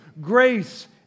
grace